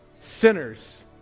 Sinners